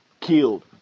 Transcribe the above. killed